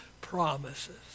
promises